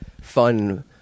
fun